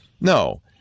no